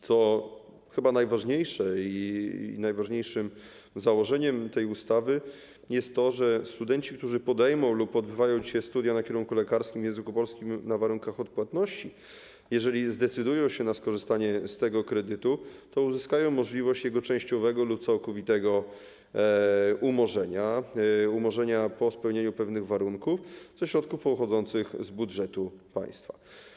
Chyba najważniejszym założeniem tej ustawy jest to, że studenci, którzy podejmą lub odbywają dzisiaj studia na kierunku lekarskim w języku polskim na warunkach odpłatności, jeżeli zdecydują się na skorzystanie z tego kredytu, to uzyskają możliwość jego częściowego lub całkowitego umorzenia po spełnieniu pewnych warunków ze środków pochodzących z budżetu państwa.